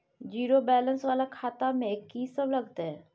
Zero balance वाला खाता में की सब लगतै?